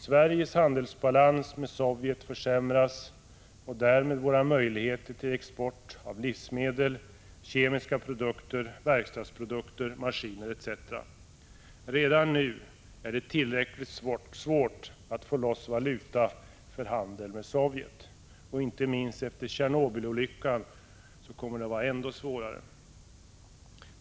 Sveriges handelsbalans med Sovjet försämras och därmed våra möjligheter till export av livsmedel, kemiska produkter, verkstadsprodukter, maskiner etc. Redan nu är det tillräckligt svårt att få loss valuta för handel med Sovjet. Inte minst efter Tjernobylolyckan kommer det att vara ännu svårare.